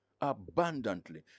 Abundantly